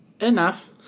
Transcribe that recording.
Enough